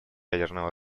ядерного